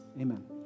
amen